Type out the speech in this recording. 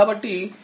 కాబట్టి C1C2